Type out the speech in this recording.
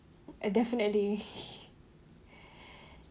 uh definitely